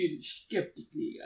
skeptically